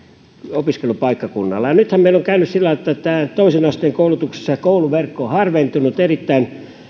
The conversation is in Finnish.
opiskelupaikkakunnalla nythän meillä on käynyt sillä lailla että tässä toisen asteen koulutuksessa kouluverkko on harventunut erittäin